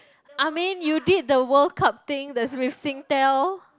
I mean you did the World-Cup thing that's with Singtel